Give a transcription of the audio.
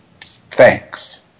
Thanks